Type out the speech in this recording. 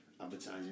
advertising